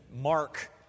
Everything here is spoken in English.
mark